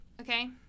okay